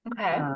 Okay